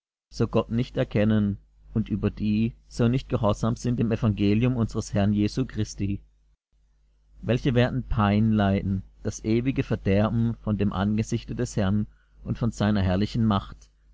so gott nicht erkennen und über die so nicht gehorsam sind dem evangelium unsers herrn jesu christi welche werden pein leiden das ewige verderben von dem angesichte des herrn und von seiner herrlichen macht